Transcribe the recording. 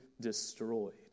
destroyed